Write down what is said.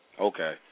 Okay